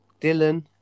Dylan